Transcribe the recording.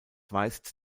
weist